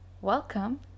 Welcome